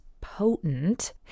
potent